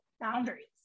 boundaries